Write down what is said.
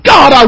God